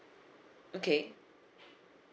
okay